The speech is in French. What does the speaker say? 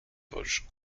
vosges